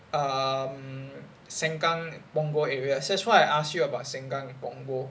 um sengkang punggol area that's why I ask you about sengkang and punggol